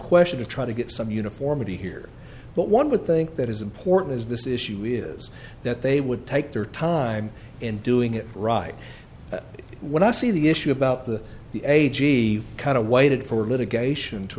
question to try to get some uniformity here but one would think it is important is this issue is that they would take their time in doing it right when i see the issue about the the a g kind of waited for litigation to